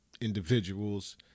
individuals